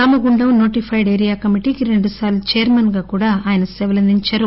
Ramagundam notified area కమిటీకి రెండుసార్లు చైర్మన్గా కూడా సేవలందించారు